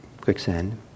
quicksand